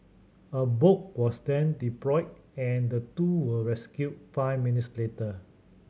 a boat was then deployed and the two were rescued five minutes later